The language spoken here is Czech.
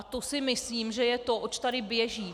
To si myslím, že je to, oč tady běží.